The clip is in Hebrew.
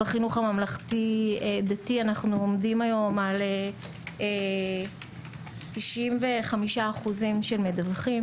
בחינוך הממלכתי דתי אנחנו עומדים היום על 95% של מדווחים.